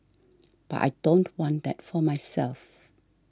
but I don't want that for myself